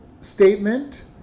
statement